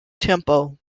tempo